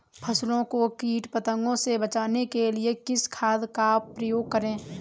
फसलों को कीट पतंगों से बचाने के लिए किस खाद का प्रयोग करें?